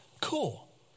Cool